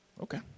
Okay